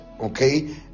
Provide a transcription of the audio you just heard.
okay